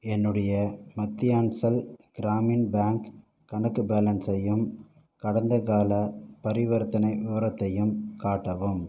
என்னுடைய மத்தியான்ச்சல் கிராமின் பேங்க் கணக்கு பேலன்ஸையும் கடந்த கால பரிவர்த்தனை விவரத்தையும் காட்டவும்